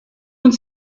und